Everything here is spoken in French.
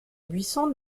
buisson